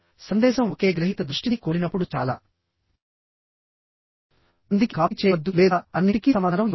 సందేశం ఒకే గ్రహీత దృష్టిని కోరినప్పుడు చాలా మందికి కాపీ చేయవద్దు లేదా అన్నింటికీ సమాధానం ఇవ్వవద్దు